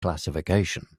classification